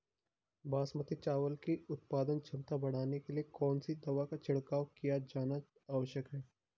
बासमती चावल की उत्पादन क्षमता बढ़ाने के लिए कौन सी दवा का छिड़काव किया जाना आवश्यक है?